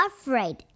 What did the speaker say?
afraid